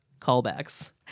callbacks